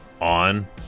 on